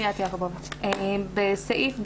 בסעיף (ד)(1)